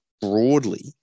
broadly